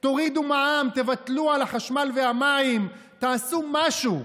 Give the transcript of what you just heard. תורידו מע"מ, תבטלו על החשמל והמים, תעשו משהו.